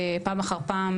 פעם אחר פעם,